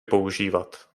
používat